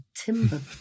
timber